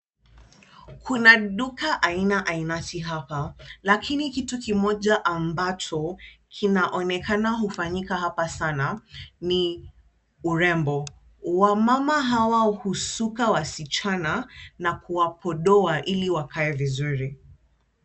Kuna duka aina ainati lakini kitu kimoja ambacho kinaonekana hufanyika hapa ni urembo. Wamama hawa husuka wasichana na kuwapodoa ili wakae vizuri.